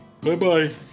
Bye-bye